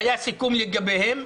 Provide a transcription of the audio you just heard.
והיה סיכום לגביהם.